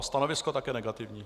Stanovisko také negativní.